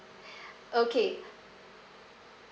okay